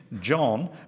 John